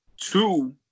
Two